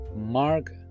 Mark